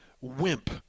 wimp